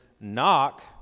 knock